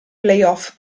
playoff